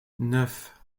neuf